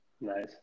nice